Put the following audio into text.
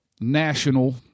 National